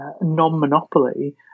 non-monopoly